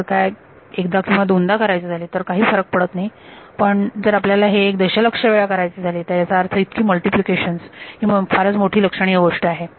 जर काय एकदा किंवा दोनदा करायचे झाले तर काही फरक पडत नाही परंतु जर आपल्याला हे एक दशलक्ष वेळा करायचे झाले याचा अर्थ इतकी मल्टिप्लिकेशन ही मोठी लक्षणीय गोष्ट आहे